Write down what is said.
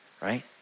right